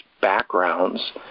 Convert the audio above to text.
backgrounds